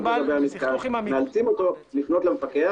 מאלצים אותו לפנות למפקח,